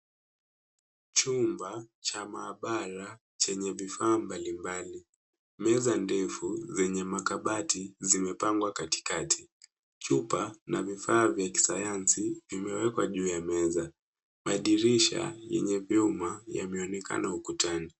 Chumba cha maabara chenye vifaa mbali mbali .Meza ndefu zenye makabati zimepangwa katikati. Chupa na vifaa vya kisayansi vimewekwa juu ya meza. Madirisha yenye vyuma yameonekana ukutani.